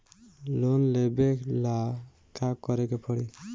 Loan लेबे ला का करे के पड़ी?